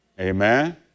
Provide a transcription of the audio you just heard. Amen